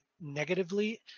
negatively